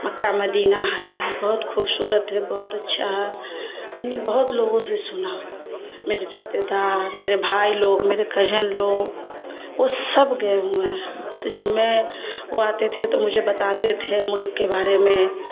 مکہ Medina ہے بہت خوبصورت ہے بہت اچھا ہے میں نے بہت لوگوں سے سنا میرے رشتے دار میرے بھائی لوگ میرے کجن لوگ وہ سب گئے ہوئے تو جب میں وہ آتے تھے تو مجھے بتاتے تھے ملک کے بارے میں